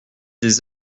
des